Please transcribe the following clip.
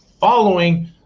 following